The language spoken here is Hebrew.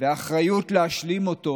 והאחריות להשלים אותו